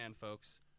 folks